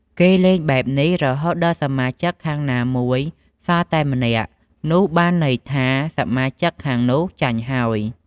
គេលេងបែបនេះរហូតដល់សមាជិកខាងណាមួយសល់តែម្នាក់ នោះបានន័យថាសមាជិកខាងនោះចាញ់ហើយ។